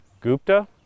Gupta